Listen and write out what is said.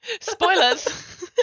Spoilers